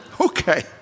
okay